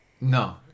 No